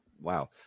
wow